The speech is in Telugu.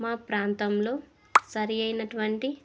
మా ప్రాంతంలో సరి అయినటువంటి